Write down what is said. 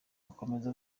akomeza